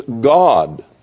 God